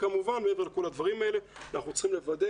כמובן שמעבר לכל הדברים האלה אנחנו צריכים לוודא